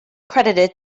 credited